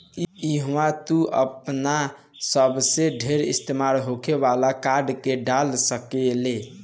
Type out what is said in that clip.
इहवा तू आपन सबसे ढेर इस्तेमाल होखे वाला कार्ड के डाल सकेल